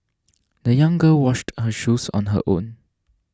the young girl washed her shoes on her own